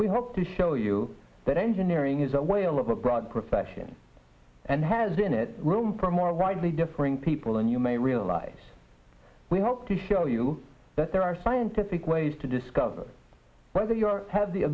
we hope to show you that engineering is a whale of a broad profession and has in it room for more rightly differing people than you may realize we hope to show you that there are scientific ways to discover whether you are have the